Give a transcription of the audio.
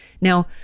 Now